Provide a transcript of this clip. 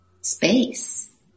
space